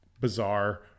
bizarre